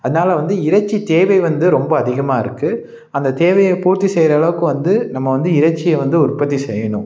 அதனால வந்து இறைச்சி தேவை வந்து ரொம்ப அதிகமாக இருக்குது அந்த தேவையை பூர்த்தி செய்கிற அளவுக்கு வந்து நம்ம வந்து இறைச்சியை வந்து உற்பத்தி செய்யணும்